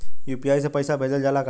UPI से पईसा भेजल जाला का?